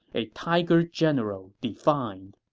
a tiger general defined